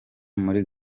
muri